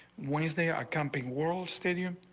one is they are camping world stadium.